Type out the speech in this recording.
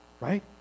Right